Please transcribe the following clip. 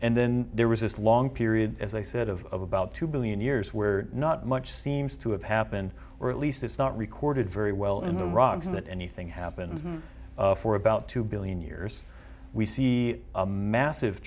and then there was this long period as i said of about two billion years where not much seems to have happen or at least it's not recorded very well in the rocks that anything happened for about two billion years we see a massive